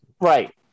Right